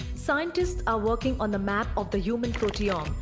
scientists are working on the map of the human proteome.